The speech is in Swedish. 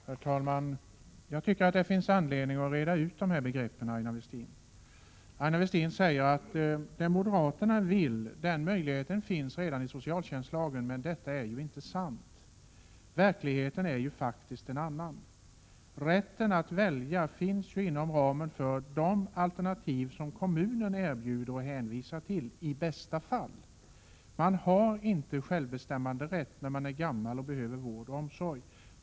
Herr talman! Jag tycker att det finns anledning att reda ut de här begreppen, Aina Westin. Aina Westin säger att möjligheten att göra det moderaterna vill redan finns i socialtjänstlagen. Men detta är ju inte sant. Verkligheten är faktiskt en annan. Rätten att välja finns inom ramen för de alternativ som kommunen erbjuder och hänvisar till, i bästa fall. Man har inte självbestämmanderätt när man är gammal och behöver vård och omsorg.